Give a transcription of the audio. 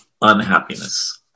unhappiness